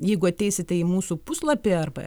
jeigu ateisite į mūsų puslapį arba